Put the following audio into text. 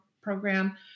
program